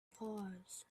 pause